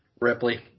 Ripley